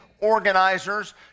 organizers